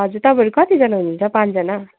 हजुर तपाईँहरू कतिजना हुनुहुन्छ पाँचजना